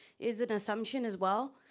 is an assumption as well.